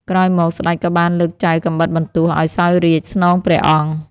ក្រោយមកស្ដេចក៏បានលើកចៅកាំបិតបន្ទោះឱ្យសោយរាជ្យស្នងព្រះអង្គ។